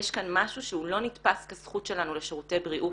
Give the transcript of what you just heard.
יש כאן משהו שהוא לא נתפס כזכות שלנו לשירותי בריאות.